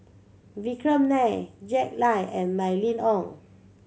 Vikram Nair Jack Lai and Mylene Ong